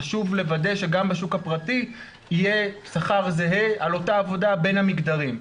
חשוב לוודא שגם בשוק הפרטי יהיה שכר זהה על אותה עבודה בין המגדרים.